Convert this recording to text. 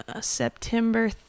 September